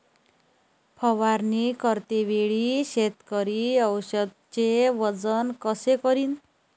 फवारणी करते वेळी शेतकरी औषधचे वजन कस करीन?